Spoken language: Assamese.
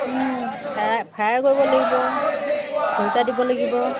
ফ্ৰাই কৰিব লাগিব খৰিকা দিব লাগিব